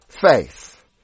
Faith